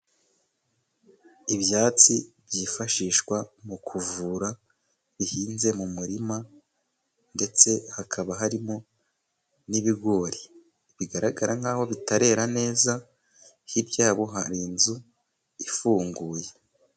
Ibyatsi byifashishwa mu kuvura, bihinze mu murima ndetse hakaba harimo n'ibigori bigaragara nkaho bitarera neza hirya yaho hari inzu ifunguye.